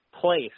place